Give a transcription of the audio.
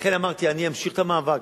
לכן אמרתי שאני אמשיך את המאבק.